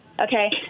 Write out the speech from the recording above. Okay